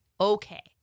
okay